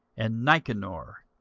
and nicanor,